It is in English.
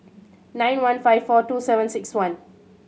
nine one five four two seven six one